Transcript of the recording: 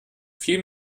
viel